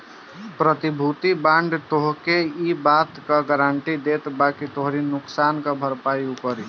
प्रतिभूति बांड तोहके इ बात कअ गारंटी देत बाकि तोहरी नुकसान कअ भरपाई उ करी